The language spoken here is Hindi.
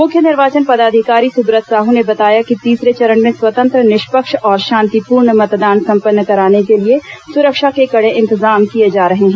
मुख्य निर्वाचन पदाधिकारी सुब्रत साहू ने बताया कि तीसरे चरण में स्वतंत्र निष्पक्ष और शांतिपूर्ण मतदान संपन्न कराने के लिए सुरक्षा के कड़े इंतजाम किए जा रहे हैं